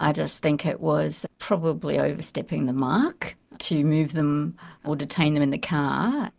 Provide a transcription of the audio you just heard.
i just think it was probably overstepping the mark to move them or detain them in the car